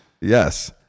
Yes